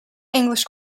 english